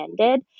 ended